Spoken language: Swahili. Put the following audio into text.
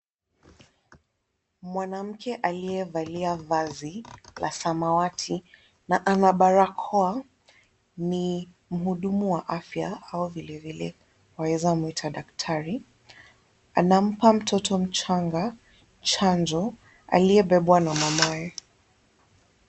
Mwanamke aliyevalia vazi la samawati na ana barakoa ni mhudumu wa afya au vilevile unaweza muita daktari, anampa mtoto mchanga chanjo, aliyebebwa na mamaye.